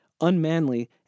unmanly